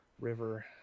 river